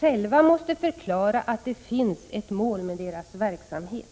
själva måste förklara att det finns ett mål med deras verksamhet?